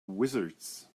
wizards